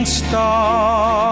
star